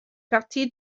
partie